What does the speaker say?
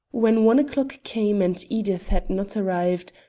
when one o'clock came and edith had not arrived,